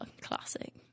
classic